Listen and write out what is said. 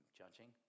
judging